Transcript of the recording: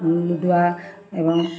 ludo এবং